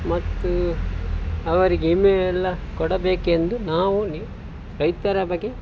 ಮತ್ತು ಅವರಿಗೆ ಏನೆಲ್ಲ ಕೊಡಬೇಕೆಂದು ನಾವು ನಿ ರೈತರ ಬಗ್ಗೆ